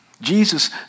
Jesus